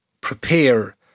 prepare